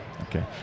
okay